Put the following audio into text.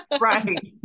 right